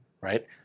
right